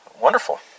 Wonderful